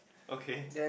okay